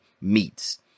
meats